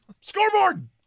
scoreboard